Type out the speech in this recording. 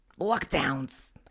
Lockdowns